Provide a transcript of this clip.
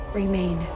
remain